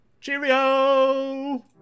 Cheerio